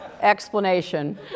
explanation